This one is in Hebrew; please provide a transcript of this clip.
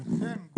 כן.